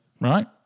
right